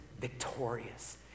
victorious